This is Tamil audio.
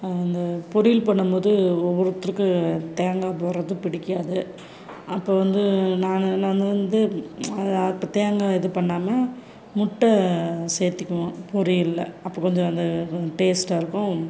இந்த பொரியல் பண்ணும் போது ஒவ்வொருத்தருக்கு தேங்காய் போடுறது பிடிக்காது அப்போ வந்து நான் நான் வந்து அப்போ தேங்காய் இது பண்ணாமல் முட்டை சேர்த்திக்கிவோம் பொரியலில் அப்போ கொஞ்சம் அந்த டேஸ்ட்டாக இருக்கும்